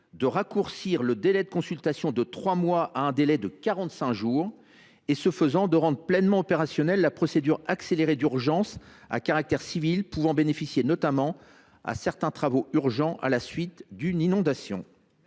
de raccourcir le délai de consultation de trois mois à quarante cinq jours et, ce faisant, de rendre pleinement opérationnelle la procédure accélérée d’urgence à caractère civil pouvant bénéficier notamment à certains travaux urgents à la suite d’une inondation.